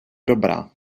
dobrá